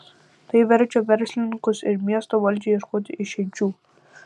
tai verčia verslininkus ir miesto valdžią ieškoti išeičių